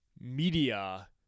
media